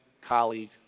colleague